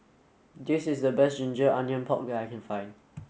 this is the best ginger onions pork I can find